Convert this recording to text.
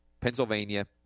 Pennsylvania